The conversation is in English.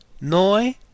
noi